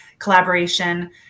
Collaboration